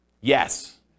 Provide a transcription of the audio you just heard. Yes